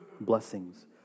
blessings